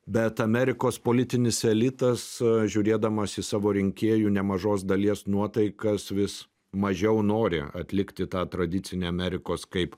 bet amerikos politinis elitas žiūrėdamas į savo rinkėjų nemažos dalies nuotaikas vis mažiau nori atlikti tą tradicinę amerikos kaip